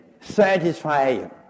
satisfying